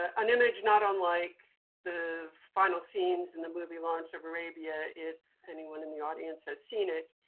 ah an image not unlike the final scenes in the movie, lawrence of arabia, if anyone in the audience has seen it,